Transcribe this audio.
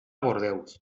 bordeus